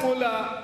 חבר הכנסת מולה,